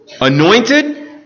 anointed